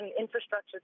infrastructure